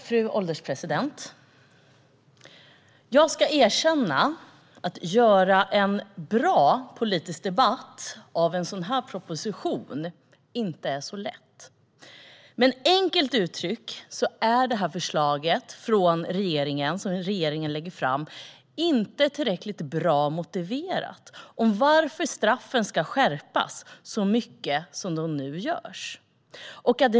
Fru ålderspresident! Jag ska erkänna att det inte är så lätt att göra en bra politisk debatt av en sådan här proposition. Men enkelt uttryckt är det här förslaget som regeringen lägger fram inte tillräckligt bra motiverat när det gäller varför straffen ska skärpas så mycket som nu föreslås.